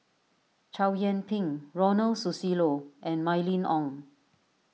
Chow Yian Ping Ronald Susilo and Mylene Ong